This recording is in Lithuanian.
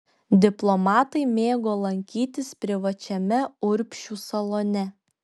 diplomatai mėgo lankytis privačiame urbšių salone